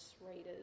readers